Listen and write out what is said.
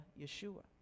Yeshua